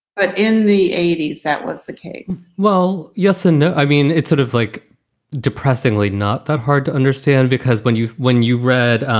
but in the eighty s, that was the case well, yes and no. i mean, it's sort of like depressingly not that hard to understand, because when you when you read,